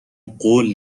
قول